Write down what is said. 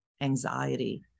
anxiety